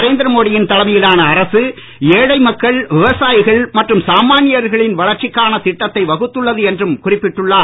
நரேந்திர மோடியின் தலைமையிலான அரசு ஏழை மக்கள் விவசாயிகள் மற்றும் சாமான்யர்களின் வளர்ச்சிக்கான திட்டத்தை வகுத்துள்ளது என்றும் குறிப்பிட்டுள்ளார்